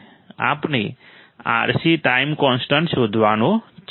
આપણે RC time constant શોધવાનો છે